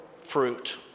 fruit